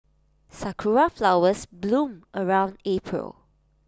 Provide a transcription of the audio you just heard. Sakura Flowers bloom around April